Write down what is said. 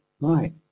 Right